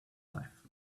life